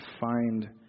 find